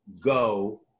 go